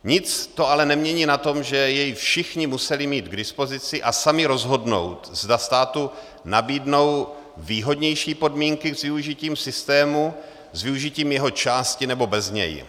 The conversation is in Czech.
Nic to ale nemění na tom, že jej všichni museli mít k dispozici a sami rozhodnout, zda státu nabídnou výhodnější podmínky s využitím systému, s využitím jeho části, nebo bez něj.